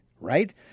right